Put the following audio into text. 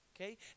okay